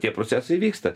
tie procesai vyksta